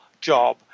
job